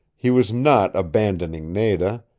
he was not abandoning nada.